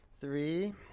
Three